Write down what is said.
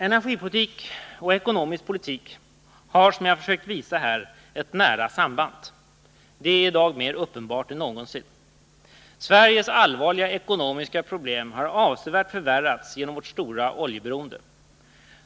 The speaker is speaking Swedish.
Energipolitik och ekonomisk politik har, som jag försökt visa här, ett nära samband. Det är i dag mer uppenbart än någonsin. Sveriges allvarliga ekonomiska problem har avsevärt förvärrats genom vårt stora oljeberoende.